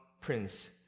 prince